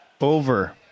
Over